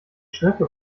strecke